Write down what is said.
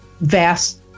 vast